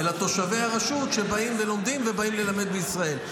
אלא תושבי הרשות שלומדים ובאים ללמד בישראל.